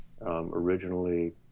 originally